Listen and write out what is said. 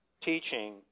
teaching